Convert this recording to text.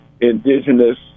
indigenous